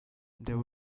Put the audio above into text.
there